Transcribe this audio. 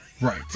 Right